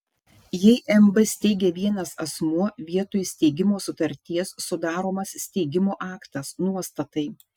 jei mb steigia vienas asmuo vietoj steigimo sutarties sudaromas steigimo aktas nuostatai